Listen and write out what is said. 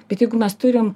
bet jeigu mes turim